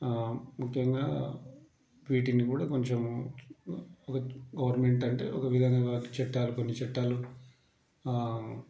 ముఖ్యంగా వీటిని కూడా కొంచెం ఒక గవర్నమెంట్ అంటే ఒక విధంగా చట్టాలు కొన్ని చట్టాలు